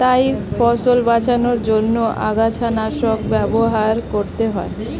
তাই ফসল বাঁচানোর জন্য আগাছানাশক ব্যবহার করতে হয়